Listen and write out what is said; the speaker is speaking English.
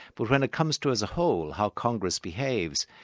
but when it comes to as a whole how congress behaves,